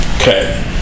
Okay